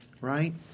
right